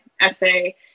essay